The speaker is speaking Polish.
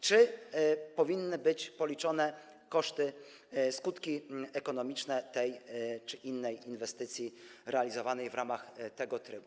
Czy powinny być policzone koszty, skutki ekonomiczne tej czy innej inwestycji realizowanej w ramach tego trybu?